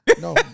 no